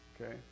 Okay